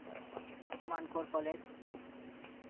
Mankar college